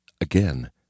Again